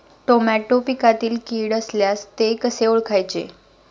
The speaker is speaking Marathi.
टोमॅटो पिकातील कीड असल्यास ते कसे ओळखायचे?